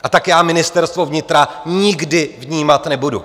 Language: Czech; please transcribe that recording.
A tak já Ministerstvo vnitra nikdy vnímat nebudu.